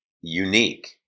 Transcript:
unique